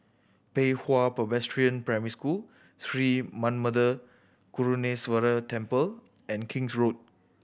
Pei Hwa Presbyterian Primary School Sri Manmatha Karuneshvarar Temple and King's Road